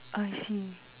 I see